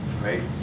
right